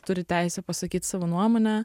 turi teisę pasakyt savo nuomonę